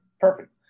perfect